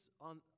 on